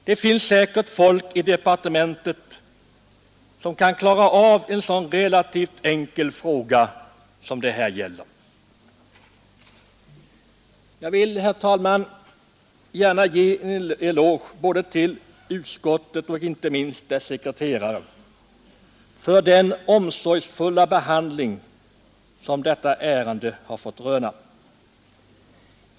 Det finns säkert folk i departementet som kan klara en så relativt enkel fråga som det här gäller. Jag vill, herr talman, gärna ge en eloge till utskottet och inte minst dess sekreterare för den omsorgsfulla behandling som detta ärende har fått röna.